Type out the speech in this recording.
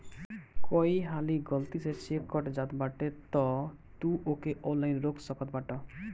कई हाली गलती से चेक कट जात बाटे तअ तू ओके ऑनलाइन रोक सकत बाटअ